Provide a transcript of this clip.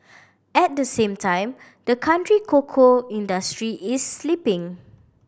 at the same time the country cocoa industry is slipping